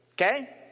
okay